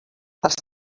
els